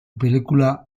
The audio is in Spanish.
película